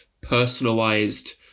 personalized